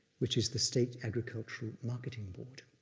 which is the state's agricultural marketing board.